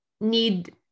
need